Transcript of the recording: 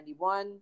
1991